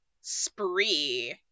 spree